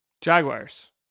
Jaguars